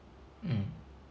mm